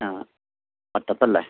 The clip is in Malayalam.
ആ